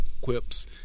quips